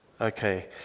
Okay